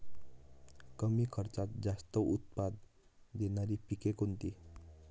कमी खर्चात जास्त उत्पाद देणारी पिके कोणती?